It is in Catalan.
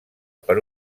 per